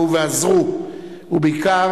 לא פשוט וזכאים לסיוע זה ולשיקום בהמשך.